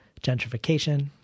gentrification